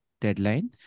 deadline